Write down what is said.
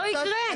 לא יקרה.